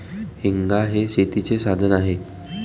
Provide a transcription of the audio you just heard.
हेंगा हे शेतीचे साधन आहे